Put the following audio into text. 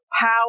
power